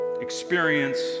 experience